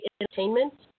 entertainment